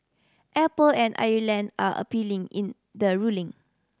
apple and Ireland are appealing in the ruling